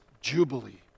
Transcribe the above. Jubilee